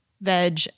veg